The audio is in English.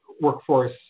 workforce